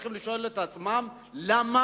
צריכות לשאול את עצמן למה,